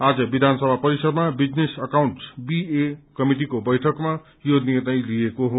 आज विधानसभा परिसरमा विजनेस अकाउण्ट्स बीए कमिटिको बैठकमा यो निर्णय लिइएको हो